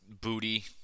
booty